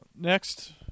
Next